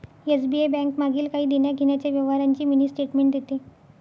SBI bank मागील काही देण्याघेण्याच्या व्यवहारांची मिनी स्टेटमेंट देते